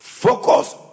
Focus